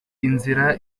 inzira